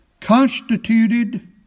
constituted